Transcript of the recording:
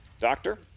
doctor